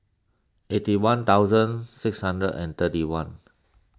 eighty one thousand six hundred and thirty one